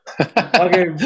Okay